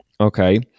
okay